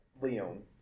Leon